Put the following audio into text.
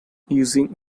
using